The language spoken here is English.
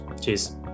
Cheers